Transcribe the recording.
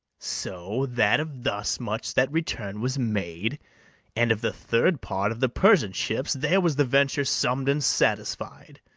so that of thus much that return was made and of the third part of the persian ships there was the venture summ'd and satisfied.